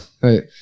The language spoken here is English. Right